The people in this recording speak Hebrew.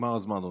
נגמר הזמן.